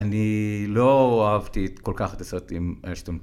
אני לא אהבתי כל כך את הסרטים שאתם...